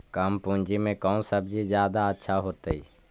कम पूंजी में कौन सब्ज़ी जादा अच्छा होतई?